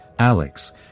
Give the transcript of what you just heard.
Alex